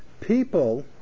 people